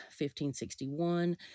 1561